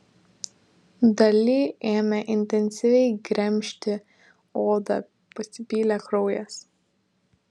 dali ėmė intensyviai gremžti odą pasipylė kraujas